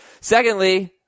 Secondly